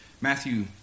Matthew